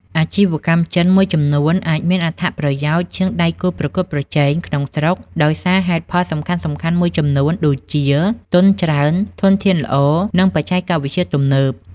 អាជីវកម្មចិនមួយចំនួនអាចមានអត្ថប្រយោជន៍ជាងដៃគូប្រកួតប្រជែងក្នុងស្រុកដោយសារហេតុផលសំខាន់ៗមួយចំនួនដូចជា ទុនច្រើន ធនធានល្អ និងបច្ចេកវិទ្យាទំនើប។